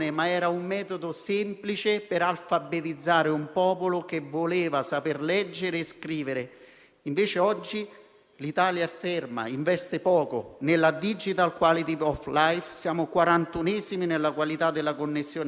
Le nostre pubbliche amministrazioni impiegano ancora *server* le cui interoperabilità e i cui risparmi economici e temporali sono preclusi, se non *in cloud.* Investimenti ed emendamenti al riguardo nessuno,